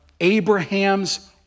Abraham's